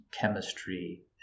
chemistry